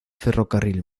ferrocarril